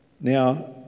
Now